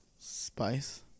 spice